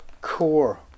core